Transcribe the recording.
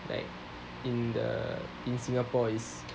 like in the in singapore is